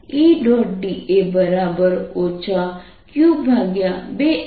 તેથી 0RE